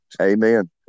Amen